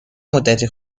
مدتی